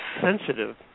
sensitive